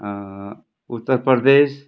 Uttar Pradesh